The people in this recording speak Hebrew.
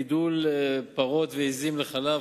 גידול פרות ועזים לחלב,